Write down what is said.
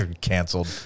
canceled